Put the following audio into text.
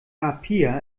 apia